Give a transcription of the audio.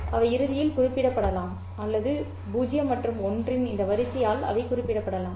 அவை இறுதியில் குறிப்பிடப்படலாம் அல்லது 0 மற்றும் 1 இன் இந்த வரிசையால் அவை குறிப்பிடப்படலாம்